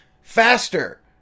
faster